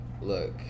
look